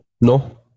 No